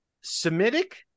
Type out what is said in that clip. Semitic